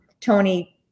Tony